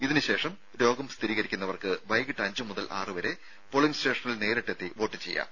ഇതിന് ശേഷം രോഗം സ്ഥിരീ കരിക്കുന്നവർക്ക് വൈകിട്ട് അഞ്ച് മുതൽ ആറുപ്രെ സ്റ്റേഷ നിൽ നേരിട്ടെത്തി വോട്ട് ചെയ്യാം